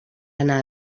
anar